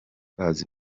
bazi